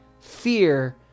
Fear